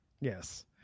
Yes